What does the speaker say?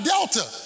Delta